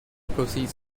proceeds